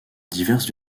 diverses